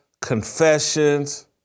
confessions